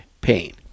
pain